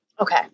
Okay